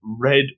Red